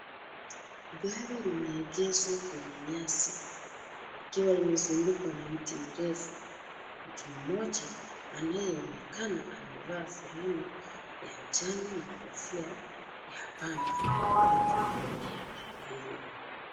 Gari limeegeshwa kwenye nyasi, likiwa limezungukwa na miti mirefu, mtu mmoja anayeonekana amevaa fulana ya njano na kofia ya pamba yuko nyuma ya gari hilo.